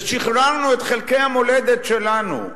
ושחררנו את חלקי המולדת שלנו.